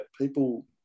people